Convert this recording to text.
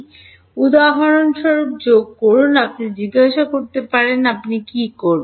i j উদাহরণস্বরূপ যোগ করুন আপনি জিজ্ঞাসা করতে পারেন আপনি কী করবেন